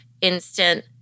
instant